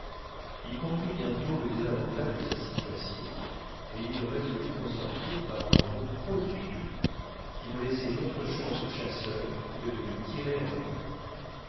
il comprit bientôt le désavantage de sa situation et il résolut d'en sortir par un bond prodigieux qui ne laissait d'autre chance au chasseur que de le tirer au vol